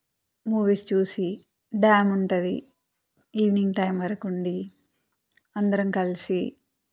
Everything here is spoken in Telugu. మూవీస్ చూసి డ్యామ్ ఉంటుంది ఈవినింగ్ టైం వరకుండి అందరం కలిసి